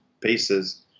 pieces